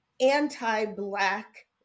anti-Black